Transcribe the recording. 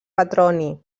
petroni